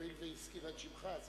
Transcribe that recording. הואיל והיא הזכירה את שמך.